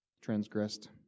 transgressed